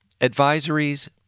advisories